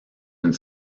une